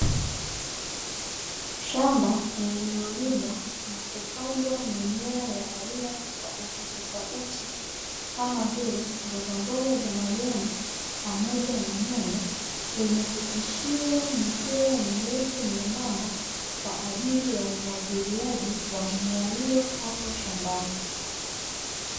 Shamba lililolimwa na kupandwa mimea ya aina tofautitofauti kama vile mbogamboga za majani pamoja na nyanya, zimepitishiwa mipira mirefu miembamba kwa ajili ya umwagiliaji wa mimea hiyo hapo shambani.